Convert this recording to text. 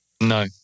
No